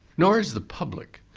nor is the public.